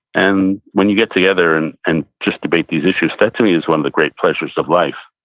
and when you get together and and just debate these issues, that to me is one of the great pleasures of life,